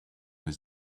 his